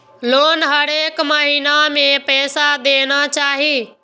Loan हरेक महीना में पैसा देना चाहि?